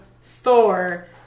Thor